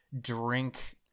drink